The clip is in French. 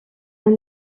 and